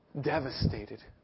devastated